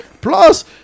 Plus